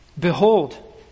Behold